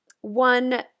one